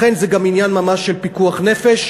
לכן זה גם ממש עניין של פיקוח נפש,